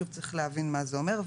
שוב, צריך להבין מה זה אומר.